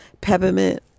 peppermint